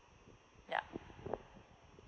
yeah